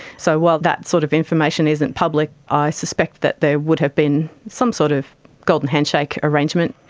so while that sort of information isn't public, i suspect that there would have been some sort of golden handshake arrangement.